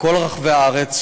בכל רחבי הארץ,